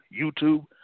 YouTube